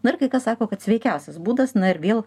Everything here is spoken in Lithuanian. na ir kai kas sako kad sveikiausias būdas na ir vėl